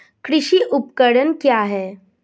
कृषि उपकरण क्या है?